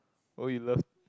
oh you love